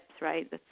right